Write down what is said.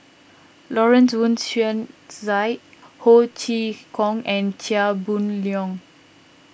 Lawrence Wong Shyun Tsai Ho Chee Kong and Chia Boon Leong